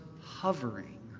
hovering